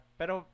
pero